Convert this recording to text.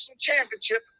championship